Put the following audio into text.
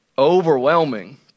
overwhelming